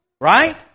Right